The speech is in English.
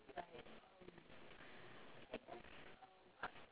okay ya lor the story of how I dislocate my knee